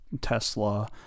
Tesla